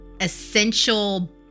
essential